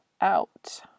out